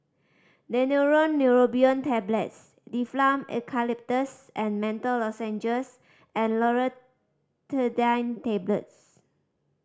Daneuron Neurobion Tablets Difflam Eucalyptus and Menthol Lozenges and Loratadine Tablets